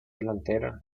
delantera